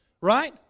Right